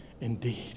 indeed